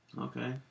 Okay